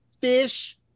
fish